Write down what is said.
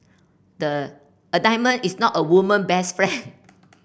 the a diamond is not a woman best friend